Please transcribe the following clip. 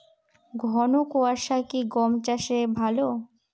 ঘন কোয়াশা কি গম চাষে ভালো?